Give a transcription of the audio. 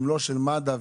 שהם לא של מד"א,